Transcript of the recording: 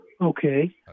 Okay